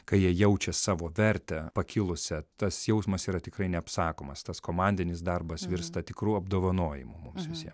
kai jie jaučia savo vertę pakilusią tas jausmas yra tikrai neapsakomas tas komandinis darbas virsta tikrų apdovanojimu mums visiem